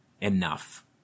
enough